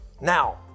Now